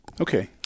Okay